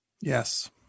Yes